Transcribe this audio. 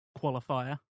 qualifier